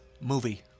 movie